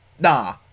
Nah